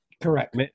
correct